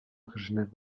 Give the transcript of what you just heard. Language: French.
originaires